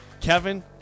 Kevin